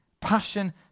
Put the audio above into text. passion